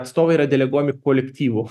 atstovai yra deleguojami kolektyvų